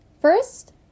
First